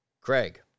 Craig